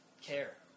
care